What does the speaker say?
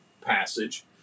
passage